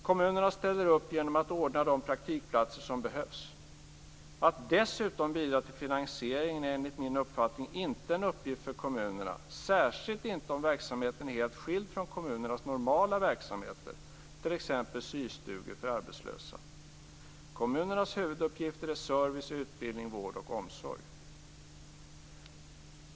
Kommunerna ställer upp genom att ordna de praktikplatser som behövs. Att dessutom bidra till finansieringen är enligt min uppfattning inte en uppgift för kommunerna, särskilt inte om verksamheten är helt skild från kommunernas normala verksamheter. Det kan t.ex. gälla systugor för arbetslösa. Kommunernas huvuduppgifter är service, utbildning, vård och omsorg.